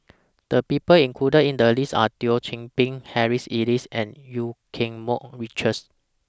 The People included in The list Are Thio Chan Bee Harry Elias and EU Keng Mun Richards